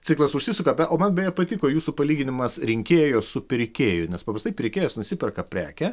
ciklas užsisuka bet o man beje patiko jūsų palyginimas rinkėjo su pirkėju nes paprastai pirkėjas nusiperka prekę